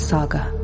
Saga